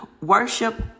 Worship